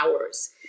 hours